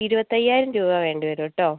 ഇരുപത്തയ്യായ്യിരം രൂപ വേണ്ടിവരും കേട്ടോ